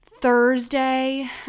Thursday